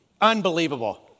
unbelievable